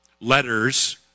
letters